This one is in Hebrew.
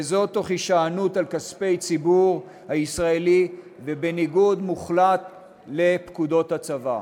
וזאת תוך הישענות על כספי הציבור הישראלי ובניגוד מוחלט לפקודות הצבא.